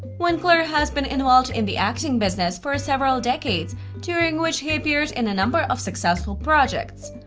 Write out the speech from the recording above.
winkler has been involved in the acting business for several decades during which he appeared in a number of successful projects.